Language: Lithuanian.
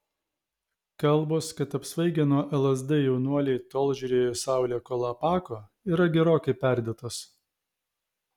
kalbos kad apsvaigę nuo lsd jaunuoliai tol žiūrėjo į saulę kol apako yra gerokai perdėtos